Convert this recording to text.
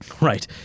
Right